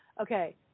Okay